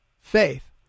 faith